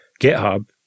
GitHub